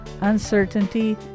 uncertainty